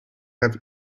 have